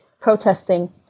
protesting